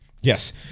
Yes